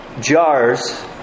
jars